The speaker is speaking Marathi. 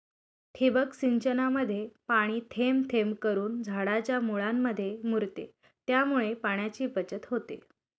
ठिबक सिंचनामध्ये पाणी थेंब थेंब करून झाडाच्या मुळांमध्ये मुरते, त्यामुळे पाण्याची बचत होते